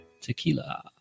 Tequila